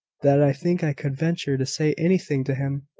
that i think i could venture to say anything to him.